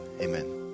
amen